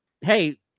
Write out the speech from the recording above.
hey